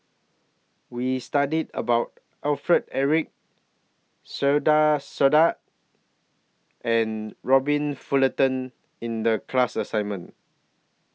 We studied about Alfred Eric Saiedah Said and Robert Fullerton in The class assignment